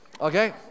Okay